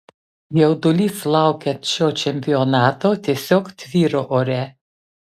jaudulys laukiant šio čempionato tiesiog tvyro ore